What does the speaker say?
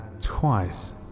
twice